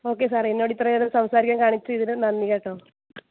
okay sir എന്നോട് ഇത്ര നേരം സംസാരിക്കാൻ കാണിച്ചതിന് നന്ദി കേട്ടോ